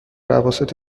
اواسط